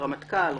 רמטכ"ל,